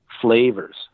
flavors